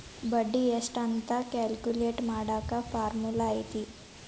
ಬಡ್ಡಿ ಎಷ್ಟ್ ಅಂತ ಕ್ಯಾಲ್ಕುಲೆಟ್ ಮಾಡಾಕ ಫಾರ್ಮುಲಾ ಐತಿ